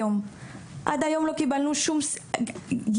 עד היום לא קיבלנו שום גינוי,